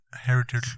heritage